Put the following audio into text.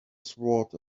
sword